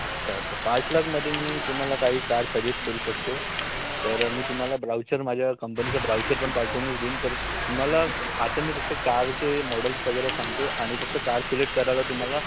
अच्छा तर पाच लाखमध्ये मी तुम्हाला काही कार सजेस्ट करू शकतो तर मी तुम्हाला ब्राउचर माझ्या कंपनीचं ब्राउचर पण पाठवूनच देईन तर तुम्हाला आता मी फक्त कारचे मॉडल्स वगैरे सांगतो आणि फक्त कार सिलेक्ट करायला तुम्हाला